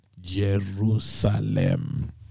Jerusalem